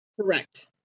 Correct